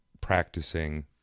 practicing